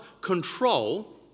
control